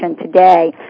today